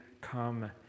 come